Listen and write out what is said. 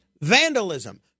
Vandalism